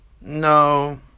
No